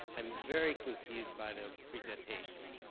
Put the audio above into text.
i'm very confused by the presentation.